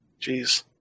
Jeez